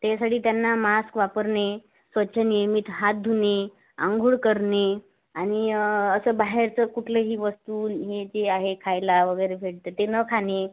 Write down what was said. त्यासाठी त्यांना मास्क वापरणे स्वच्छ नियमित हात धुणे आंघोळ करणे आणि असं बाहेरचं कुठलंही वस्तू मिळते आहे खायला वगैरे भेटते ते न खाणे